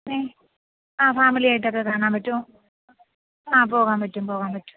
ഏഹ് ആ ഫാമിലിയായിട്ടൊക്കെ കാണാൻ പറ്റും ആ പോകാൻപറ്റും പോകാൻപറ്റും